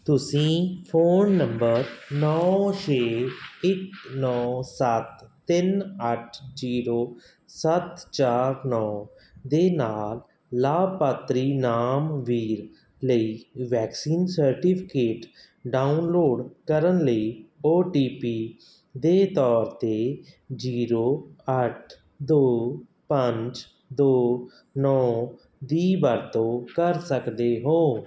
ਤੁਸੀਂ phone number ਨੌਂ ਛੇ ਇੱਕ ਨੌਂ ਸੱਤ ਤਿੰਨ ਅੱਠ ਜ਼ੀਰੋ ਸੱਤ ਚਾਰ ਨੌਂ ਦੇ ਨਾਲ ਲਾਭਪਾਤਰੀ ਨਾਮ ਵੀਰ ਲਈ ਵੈਕਸੀਨ ਸਰਟੀਫਿਕੇਟ ਡਾਊਨਲੋਡ ਕਰਨ ਲਈ ਓ ਟੀ ਪੀ ਦੇ ਤੌਰ 'ਤੇ ਜ਼ੀਰੋ ਅੱਠ ਦੋ ਪੰਜ ਦੋ ਨੌਂ ਦੀ ਵਰਤੋਂ ਕਰ ਸਕਦੇ ਹੋ